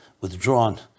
withdrawn